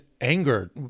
anger